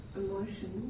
emotion